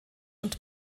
und